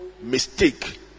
mistake